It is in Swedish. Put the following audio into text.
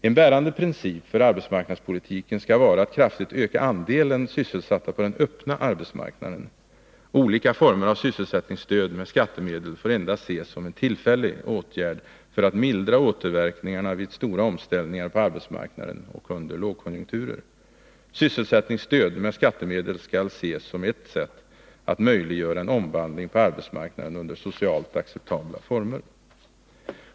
En bärande princip för arbetsmarknadspolitiken skall vara att kraftigt öka andelen sysselsatta på den öppna arbetsmarknaden. Olika former av sysselsättningsstöd med skattemedel får endast ses som tillfälliga åtgärder för att mildra återverkningarna vid stora omställningar på arbetsmarknaden och under lågkonjunkturer. Sysselsättningsstöd med skattemedel skall ses som ett sätt att möjliggöra en omvandling på arbetsmarknaden under socialt acceptabla former.